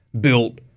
built